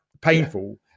painful